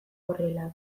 horrela